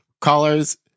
Callers